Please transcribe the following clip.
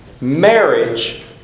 Marriage